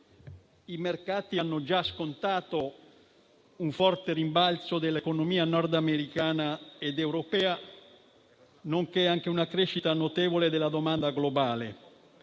I mercati hanno già scontato un forte rimbalzo dell'economia nordamericana ed europea, nonché una crescita notevole della domanda globale.